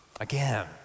Again